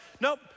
nope